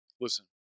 Listen